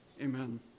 Amen